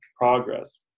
progress